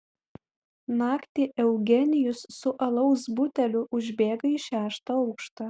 naktį eugenijus su alaus buteliu užbėga į šeštą aukštą